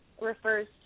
refers